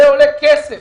זה עולה כסף.